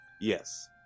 Yes